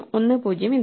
1 0 ഇതാണ്